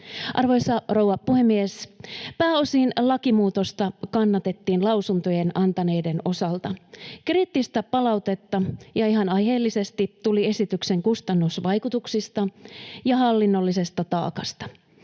Arvoisa rouva puhemies! Pääosin lakimuutosta kannatettiin lausuntojen antaneiden osalta. Kriittistä palautetta, ja ihan aiheellisesti, tuli esityksen kustannusvaikutuksista ja hallinnollisesta taakasta.